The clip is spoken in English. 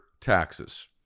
taxes